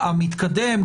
המתקדם.